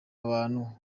abantu